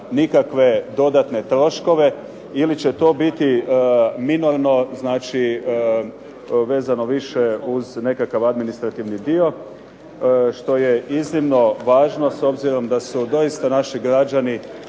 nikakve dodatne troškove. Ili će to biti minorno, znači vezano više uz nekakav administrativni dio, što je iznimno važno, s obzirom da su doista naši građani